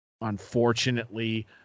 unfortunately